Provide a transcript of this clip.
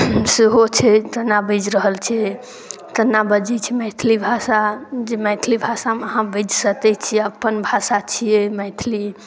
सेहो छै केना बाजि रहल छै केना बाजै छै मैथिली भाषा जे मैथिली भाषामे अहाँ बाजि सकै छियै अपन भाषा छियै मैथिली